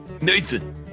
Nathan